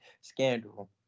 scandal